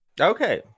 Okay